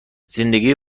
زندگی